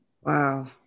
Wow